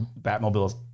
batmobiles